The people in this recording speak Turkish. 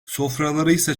sofralarıysa